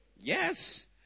Yes